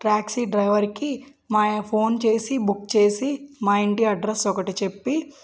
taxi డ్రైవర్కి మా phone చేసి బుక్ చేసి మా ఇంటి అడ్రస్ ఒకటి చెప్పి